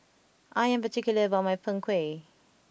I am particular about my Png Kueh